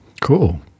Cool